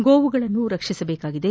ಗೋವುಗಳನ್ನು ರಕ್ಷಿಸಬೇಕಾಗಿದೆ